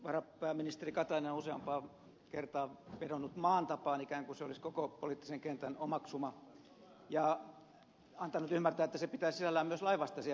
varapääministeri katainen on useampaan kertaan vedonnut maan tapaan ikään kuin se olisi koko poliittisen kentän omaksuma ja antanut ymmärtää että se pitää sisällään myös lainvastaisia menettelyjä